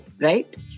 right